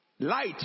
light